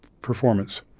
performance